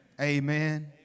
amen